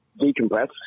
decompress